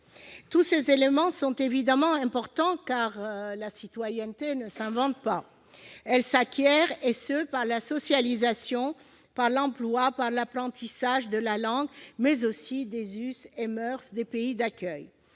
Tous ces éléments sont évidemment importants, car la citoyenneté ne s'invente pas ; elle s'acquiert, et ce par la socialisation, par l'emploi et par l'apprentissage de la langue, mais aussi des us et moeurs des pays d'accueil.